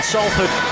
Salford